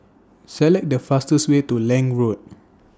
Select The fastest Way to Lange Road